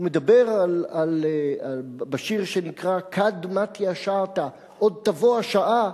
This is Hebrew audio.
הוא מדבר בשיר שנקרא "כד מטיא שעתא" "עוד תבוא השעה",